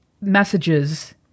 messages